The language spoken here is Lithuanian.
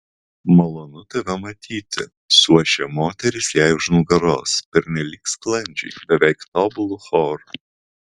malonu tave matyti suošė moterys jai už nugaros pernelyg sklandžiai beveik tobulu choru